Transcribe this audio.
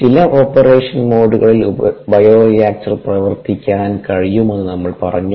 ചില ഓപ്പറേഷൻ മോഡുകളിൽ ബയോറിയാക്ടർ പ്രവർത്തിപ്പിക്കാൻ കഴിയുമെന്ന് നമ്മൾ പറഞ്ഞു